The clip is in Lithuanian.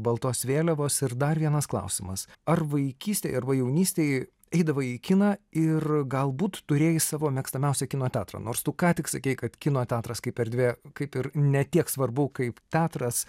baltos vėliavos ir dar vienas klausimas ar vaikystėj arba jaunystėj eidavai į kiną ir galbūt turėjai savo mėgstamiausią kino teatrą nors tu ką tik sakei kad kino teatras kaip erdvė kaip ir ne tiek svarbu kaip teatras